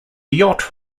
yacht